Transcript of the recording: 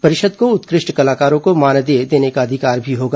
परिषद को उत्कष्ट कलाकारों को मानदेय देने का अधिकार भी होगा